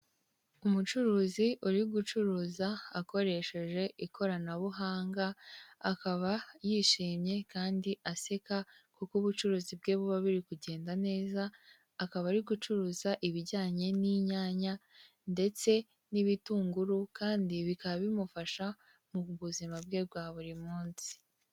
Umucuruzi uri gucuruza akoresheje ikoranabuhanga akaba yishimye kandi aseka kuko ubucuruzi bwe buba buri kugenda neza akaba ari gucuruza ibijyanye n'inyanya ndetse n'ibitunguru kandi bikaba bimufasha mu buzima bwe bwa buri munsi.